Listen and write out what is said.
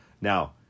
Now